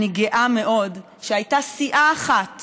אני גאה מאוד שהייתה סיעה אחת